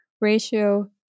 Ratio